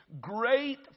great